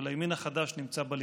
אבל הימין החדש נמצא בליכוד.